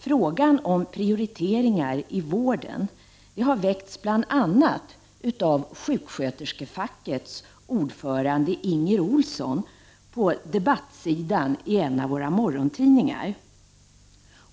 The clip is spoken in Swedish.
Frågan om prioriteringar i vården har väckts av bl.a. sjuksköterskefackets ordförande Inger Olsson på debattsidan i en av våra morgontidningar.